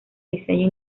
diseño